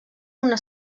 una